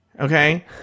Okay